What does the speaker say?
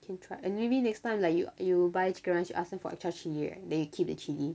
can try and maybe next time like you you buy chicken rice you ask them for extra chilli right then you keep the chilli